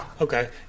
Okay